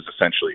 essentially